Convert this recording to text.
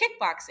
kickboxing